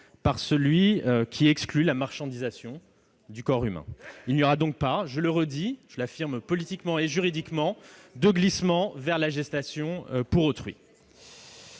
par celui qui exclut la marchandisation du corps humain. Il n'y aura donc pas, je le redis, je l'affirme politiquement et juridiquement, de glissement vers la gestation pour autrui.